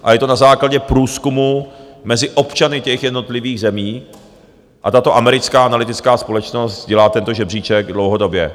A je to na základě průzkumu mezi občany těch jednotlivých zemí a tato americká analytická společnost dělá tento žebříček dlouhodobě.